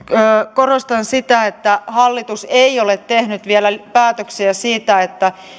korostan sitä että hallitus ei ole tehnyt vielä päätöksiä siitä